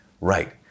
right